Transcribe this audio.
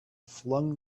flung